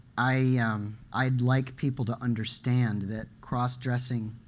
i mean um i'd like people to understand that cross-dressing